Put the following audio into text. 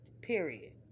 period